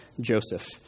Joseph